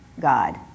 God